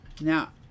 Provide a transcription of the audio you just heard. Now